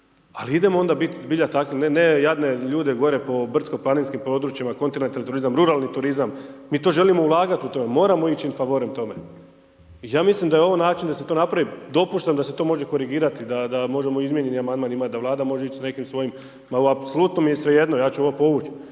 Ali idemo onda zbilja takvi, ne jadne ljude gore po brdsko-planinskim područjima, kontinentalni turizam, ruralni turizam mi to želimo ulagati u to. Moramo ići in favorem tome i ja mislim da je ovo način da se to napravi. Dopuštam da se to može korigirati i da možemo izmijenjeni amandman imati, da Vlada može ići sa nekim svojim. Apsolutno mi je svejedno. Ja ću ovo povući,